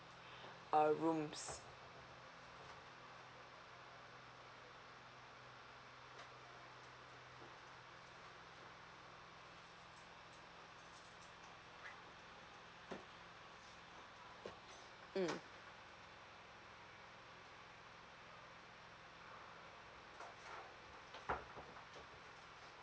uh rooms mm